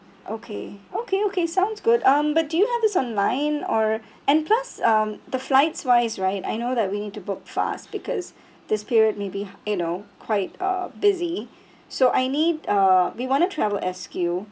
okay okay okay sounds good um but do you have this online or and plus um the flights wise right I know that we need to book fast because this period maybe you know quite uh busy so I need uh we want to travel S_Q